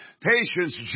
patience